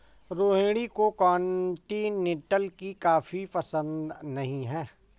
रोहिणी को कॉन्टिनेन्टल की कॉफी पसंद नहीं है